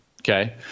Okay